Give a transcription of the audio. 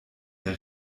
der